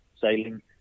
sailing